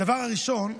הדבר הראשון,